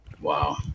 wow